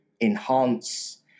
enhance